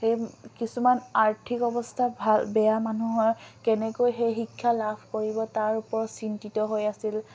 সেই কিছুমান আৰ্থিক অৱস্থা ভাল বেয়া মানুহৰ কেনেকৈ সেই শিক্ষা লাভ কৰিব তাৰ ওপৰত চিন্তিত হৈ আছিল